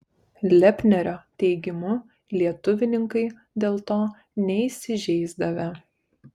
lepnerio teigimu lietuvininkai dėl to neįsižeisdavę